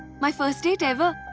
my first date ever.